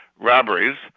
robberies